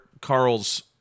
Carl's